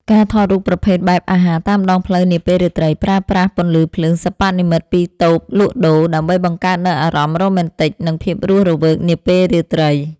ការថតរូបប្រភេទបែបអាហារតាមដងផ្លូវនាពេលរាត្រី ប្រើប្រាស់ពន្លឺភ្លើងសិប្បនិម្មិតពីតូបលក់ដូរ ដើម្បីបង្កើតនូវអារម្មណ៍រ៉ូមែនទិក និងភាពរស់រវើកនាពេលរាត្រី។